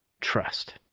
Trust